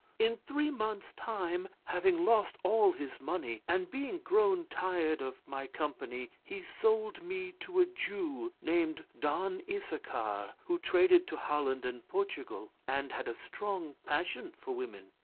in three months time, having lost all his money, and being grown tired of my company, he sold me to a jew, named don issachar, who traded to holland and portugal, and had a strong passion for women.